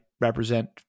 represent